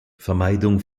vermeidung